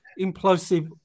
implosive